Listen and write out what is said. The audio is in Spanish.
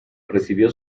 recibió